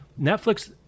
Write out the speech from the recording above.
Netflix